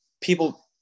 people